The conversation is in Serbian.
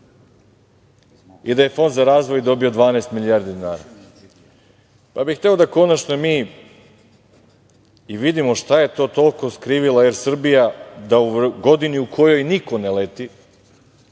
i da je Fond za razvoj dobio 12 milijardi dinara. Hteo bih da konačno mi i vidimo šta je to toliko skrivila Er Srbija da u godini u kojoj niko ne leti,